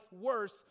worse